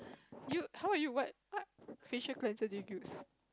you how are you what what facial cleanser do you use